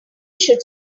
should